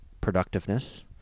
productiveness